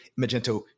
Magento